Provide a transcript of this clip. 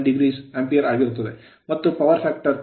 ಮತ್ತು power factor power factor cosine 27